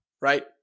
right